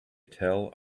tell